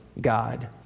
God